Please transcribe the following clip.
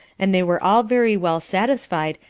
and they were all very well satisfied,